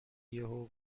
یهو